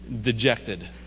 dejected